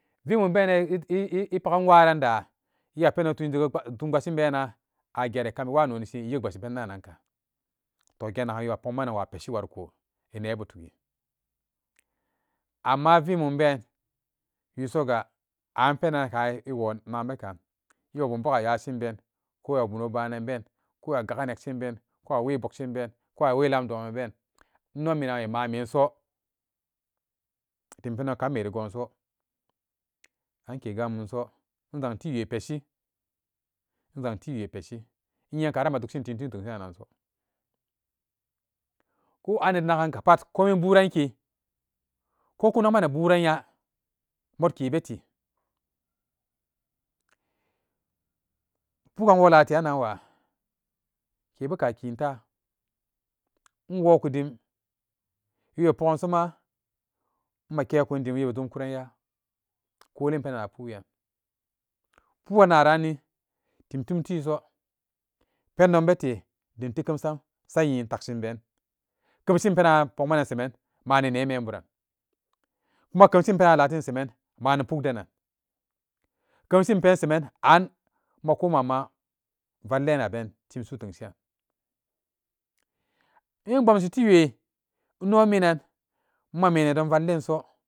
Vimumbenan e- e- e epagun waa randa eya pendon tun jegekun tun pbeshin benan age ekami waa nonishin eyek ebeshi penda kan to gennagan wi'a pokmanan wa peshi wanko e nebu tugi amma vimumben wii soga an penan kun iwoman bekan egebum bogaa yashinben ko eyabono bananben ko eya ga'a nekshin ben ko awe bokshin ben ko awe lam domanben inno minan amemamenso dim pendon kammeri gonso anke gamumso inzang tiwe peshi, inzang tiwe peshi inyen karan madukshin tim su tenshiran nanso ko anninaganka pat komin burankeko ku nakman neburan nya motkebete puan wolateranwaa ke beka kintaa inwoku dim wibe pogan soma make kun dim wibe dimkura yaa kolinpenan na puweran pu'annanranni dim tum tiso pendon befe dim tikemsan sanyin takshin been kemshin penan a pokmanan semen maani nee memburan ma kemsin penan latin semari mani pukdenan kemsin penseman an makoma'ama valinaben timsu'u tengshiran inye inbomshi tiwe inno minan mame nedon vallinso.